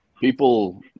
people